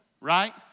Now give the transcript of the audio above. right